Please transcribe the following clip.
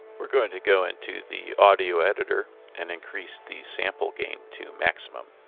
we're going to go into the audio editor and increase the sample gain to maximum.